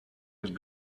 could